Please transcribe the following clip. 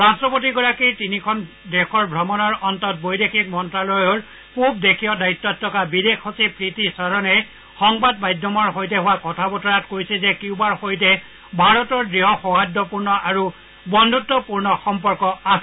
ৰাট্টপতিগৰাকীৰ তিনিখন অমণৰ অন্তত বৈদেশিক মন্ন্যালয়ৰ পূব দেশীয় দায়িত্বত থকা বিদেশ সচিব প্ৰীতি চৰণে সংবাদ মাধ্যমৰ সৈতে হোৱা কথা বতৰাত কয় যে কিউবাৰ সৈতে ভাৰতৰ দৃঢ় সৌহাদ্যপূৰ্ণ আৰু বন্ধুত্বপূৰ্ণ সম্পৰ্ক আছে